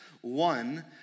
One